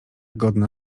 godna